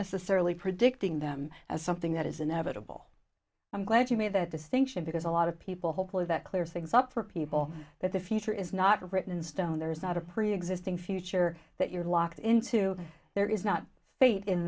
necessarily predicting them as something that is inevitable i'm glad you made that distinction because a lot of people hopefully that clears things up for people that the future is not written in stone there is not a preexisting future that you're locked into there is not fate in